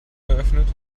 geöffnet